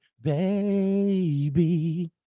baby